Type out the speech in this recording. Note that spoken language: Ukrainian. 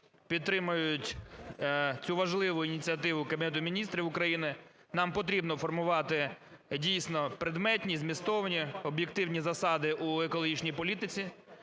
підтримають цю важливу ініціативу Кабінету Міністрів України. Нам потрібно формувати, дійсно, предметні, змістовні, об'єктивні засади у екологічній політиці,